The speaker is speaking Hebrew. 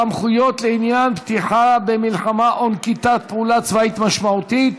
(סמכויות לעניין פתיחה במלחמה או נקיטת פעולה צבאית משמעותית),